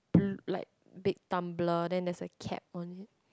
b~ like big tumbler then there's a cap on it